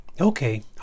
Okay